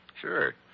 Sure